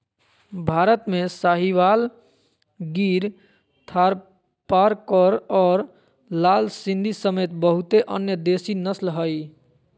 भारत में साहीवाल, गिर थारपारकर और लाल सिंधी समेत बहुते अन्य देसी नस्ल हइ